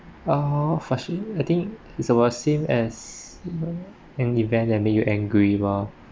uh frustrate I think it's about same as an event that made you angry bah